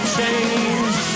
change